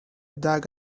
dug